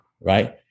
Right